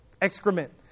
excrement